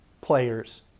players